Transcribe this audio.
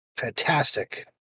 fantastic